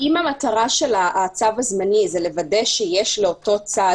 אם המטרה של הצו הזמני היא לוודא שיש לו לאותו צד